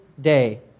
day